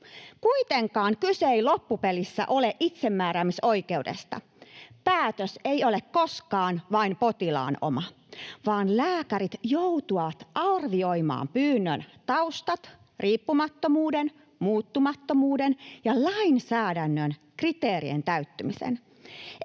Kuitenkaan kyse ei loppupelissä ole itsemääräämisoikeudesta. Päätös ei ole koskaan vain potilaan oma, vaan lääkärit joutuvat arvioimaan pyynnön taustat, riippumattomuuden, muuttumattomuuden ja lainsäädännön kriteerien täyttymisen.